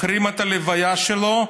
מחרים את ההלוויה שלו,